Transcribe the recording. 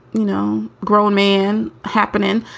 you know, grown man happenin.